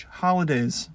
holidays